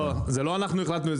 לא אנחנו החלטנו.